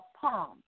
palm